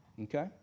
Okay